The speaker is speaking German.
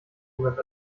jemand